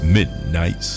Midnight